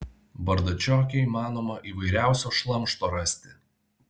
bardačioke įmanoma įvairiausio šlamšto rasti